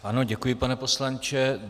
Ano, děkuji, pane poslanče.